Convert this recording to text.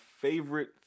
favorite